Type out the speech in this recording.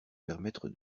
permettre